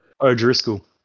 O'Driscoll